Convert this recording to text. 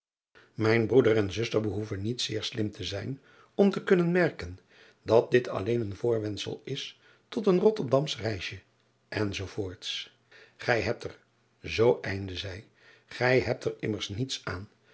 ijn broeder en zuster behoeven niet zeer slim te zijn om te kunnen merken dat dit alleen een voorwendsel is tot een otterdamsch reisje enz ij hebt er zoo einde zij gij hebt er immers niets aan